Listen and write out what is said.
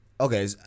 Okay